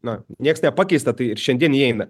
na nieks nepakeista tai ir šiandien įeina